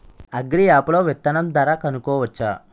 Agri app లో విత్తనం ధర కనుకోవచ్చా?